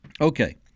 Okay